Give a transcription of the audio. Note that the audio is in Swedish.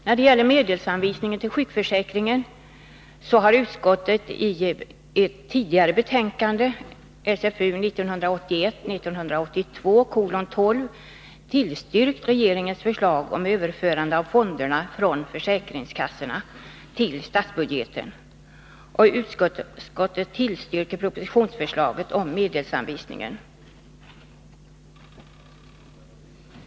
Beträffande medelsanvisningen till sjukförsäkringen har socialförsäkringsutskottet i ett tidigare betänkande, nr 1981/82:12, tillstyrkt regeringens förslag om överförande av fonderna från försäkringskassorna till statsbudgeten. Utskottet tillstyrker propositionens förslag om medelsanvisningen.